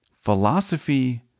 philosophy